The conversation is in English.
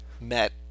met